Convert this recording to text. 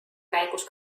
käigus